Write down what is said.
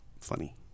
funny